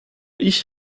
ich